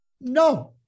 No